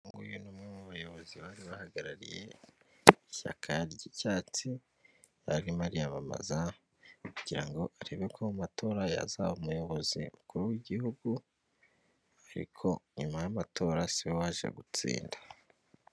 Uyu ni umwe mu bayobozi bari bahagarariye ishyaka ry'icyatsi, arimo ariyamamaza, kugira ngo arebe ko mu matora yazaba umuyobozi mukuru w'igihugu, ariko nyuma y'amatora siwe waje gutsinda.